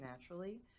naturally